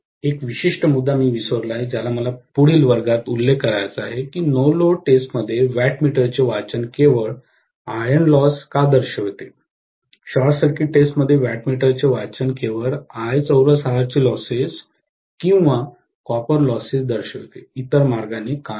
एक विशिष्ट मुद्दा मी विसरलो होतो ज्याचा मला पुढील वर्गात उल्लेख करायचा आहे की नो लोड टेस्टमध्ये वॅटमीटरचे वाचन केवळ आयर्न लॉस का दर्शविते शॉर्ट सर्किट टेस्टमध्ये वॅटमीटरचे वाचन केवळ I चौरस R चे लॉसेस किंवा कॉपर लॉसेस दर्शवते इतर मार्गाने का नाही